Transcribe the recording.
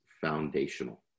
foundational